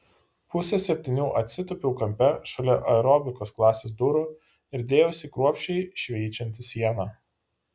pusę septynių atsitūpiau kampe šalia aerobikos klasės durų ir dėjausi kruopščiai šveičianti sieną